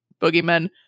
boogeymen